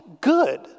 good